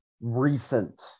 recent